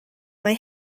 mae